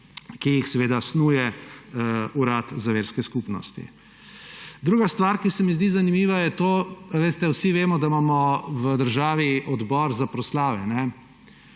ki jih seveda snuje Urad za verske skupnosti. Druga stvar, ki se mi zdi zanimiva, je to; vsi vemo, da imamo v državi odbor za proslave;